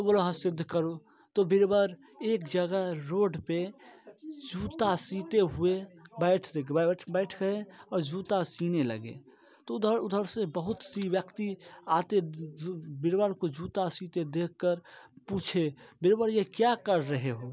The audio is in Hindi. तो बोले हाँ सिद्ध करो तो बीरबल एक जगह रोड प जूता सीते हुए बैठ गए और जूता सीने लगे तो इधर उधर से बहुत सी व्यक्ति आते बीरबल को जूता सीते देख कर पूछे कि बीरबल ये क्या कर रहे हो